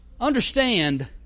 Understand